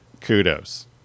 kudos